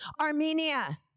Armenia